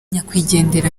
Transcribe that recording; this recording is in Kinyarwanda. nyakwigendera